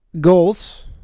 goals